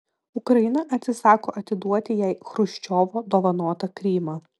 ukraina atsisako atiduoti jai chruščiovo dovanotą krymą